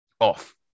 off